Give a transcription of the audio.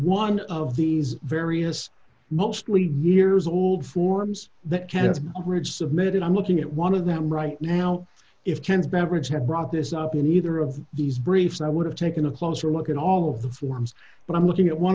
one of these various mostly nears old forms that can't ridge submitted i'm looking at one of them right now if ken's beverage had brought this up in either of these briefs i would have taken a closer look at all of the forms but i'm looking at one